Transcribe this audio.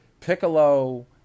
Piccolo